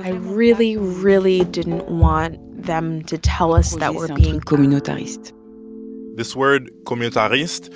i really, really didn't want them to tell us that we're being communitariste this word, communitariste